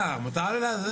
מותר לי להציע לך.